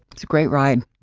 it's a great ride.